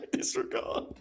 Disregard